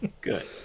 Good